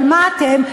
אבל מה אתם?